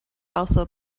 also